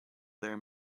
their